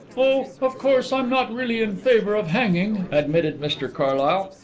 oh, of course i'm not really in favour of hanging, admitted mr carlyle.